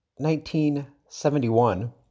1971